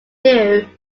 knew